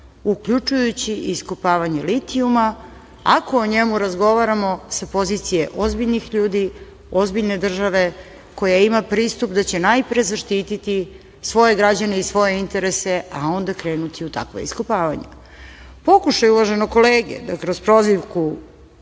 uključujući iskopavanje litijuma, ako o njemu razgovaramo sa pozicije ozbiljnih ljudi, ozbiljne države koja ima pristup da će najpre zaštititi svoje građane i svoje interese, a onda krenuti u takva iskopavanja. Pokušaj uvaženog kolege da kroz prozivku,